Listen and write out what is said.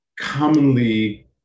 commonly